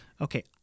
okay